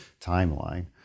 timeline